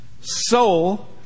soul